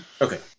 Okay